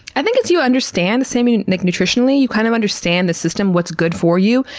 i think as you understand, the same you know nutritionally, you kind of understand the system what's good for you.